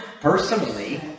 personally